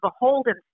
beholden